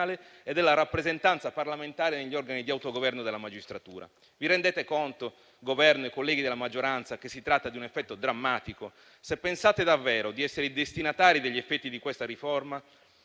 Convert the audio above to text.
e della rappresentanza parlamentare negli organi di autogoverno della magistratura. Vi rendete conto, Governo e colleghi della maggioranza, che si tratta di un effetto drammatico? Se pensate davvero di essere destinatari degli effetti di questa riforma,